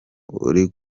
uri